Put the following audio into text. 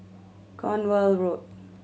Cornwall Road